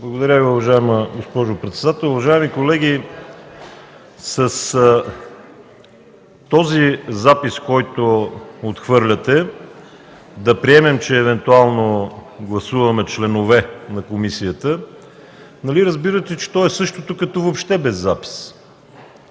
Благодаря Ви, уважаема госпожо председател. Уважаеми колеги, със записа, който отхвърляте, да приемем, че евентуално гласуваме „членове на комисията”, нали разбирате, че е същото като въобще без запис.